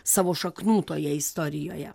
savo šaknų toje istorijoje